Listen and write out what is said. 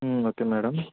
okay madam